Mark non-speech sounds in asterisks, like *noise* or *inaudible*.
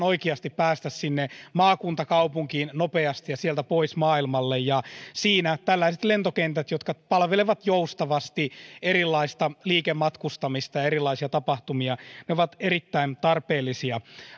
*unintelligible* oikeasti päästä sinne maakuntakaupunkiin nopeasti ja sieltä pois maailmalle ja siinä tällaiset lentokentät jotka palvelevat joustavasti erilaista liikematkustamista ja erilaisia tapahtumia ovat erittäin tarpeellisia